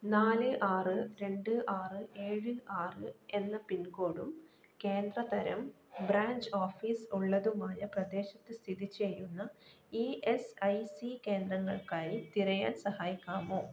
നാല് ആറ് രണ്ട് ആറ് ഏഴ് ആറ് എന്ന പിൻകോഡും കേന്ദ്രതരം ബ്രാഞ്ച് ഓഫീസ് ഉള്ളതുമായ പ്രദേശത്ത് സ്ഥിതിചെയ്യുന്ന ഇ എസ് ഐ സി കേന്ദ്രങ്ങൾക്കായി തിരയാൻ സഹായിക്കാമോ